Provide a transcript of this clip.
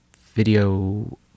Video